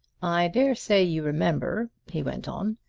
i dare say you remember, he went on,